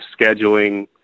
scheduling